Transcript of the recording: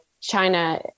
china